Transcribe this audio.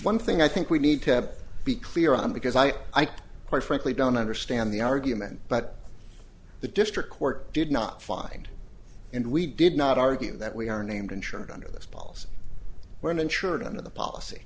one thing i think we need to be clear on because i quite frankly don't understand the argument but the district court did not find and we did not argue that we are named insured under this policy were insured under the policy